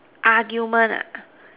argument ah